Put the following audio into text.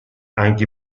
anche